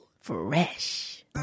fresh